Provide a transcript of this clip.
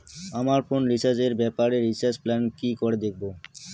আমার ফোনে রিচার্জ এর ব্যাপারে রিচার্জ প্ল্যান কি করে দেখবো?